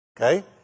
Okay